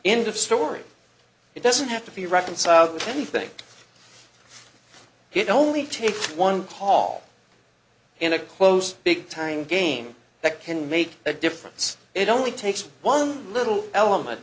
end of story it doesn't have to be reconciled with anything it only takes one call in a close big time game that can make a difference it only takes one little element